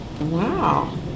Wow